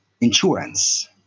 insurance